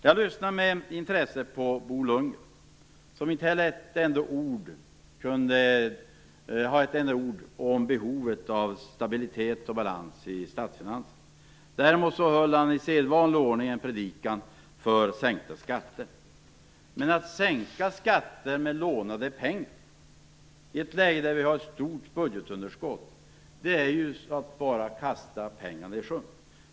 Jag lyssnade med intresse på Bo Lundgren, som inte hade ett enda ord att säga om behovet av stabilitet och balans i statsfinanserna. Däremot höll han i sedvanlig ordning en predikan för sänkta skatter. Men att sänka skatter med lånade pengar, i ett läge där vi har ett stort budgetunderskott, är ju att kasta pengarna i sjön.